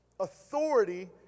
Authority